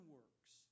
works